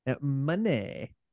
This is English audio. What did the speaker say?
Money